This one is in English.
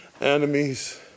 enemies